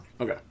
Okay